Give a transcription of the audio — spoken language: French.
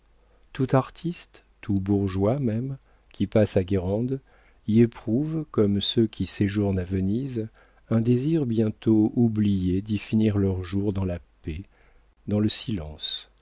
tout artiste tout bourgeois même qui passent à guérande y éprouvent comme ceux qui séjournent à venise un désir bientôt oublié d'y finir leurs jours dans la paix dans le silence